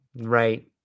Right